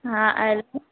हा आहे